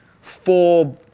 four